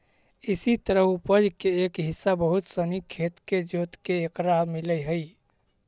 इसी तरह उपज के एक हिस्सा बहुत सनी खेत के जोतके एकरा मिलऽ हइ